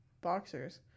boxers